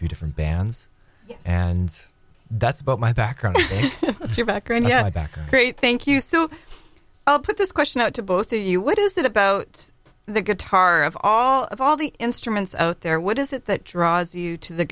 few different bands and that's about my background and your background yeah back a great thank you so i'll put this question out to both of you what is it about the guitar of all of all the instruments out there what is it that draws you to the